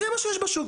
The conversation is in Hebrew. וזה מה שיש בשוק,